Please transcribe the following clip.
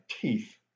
teeth